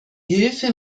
hilfe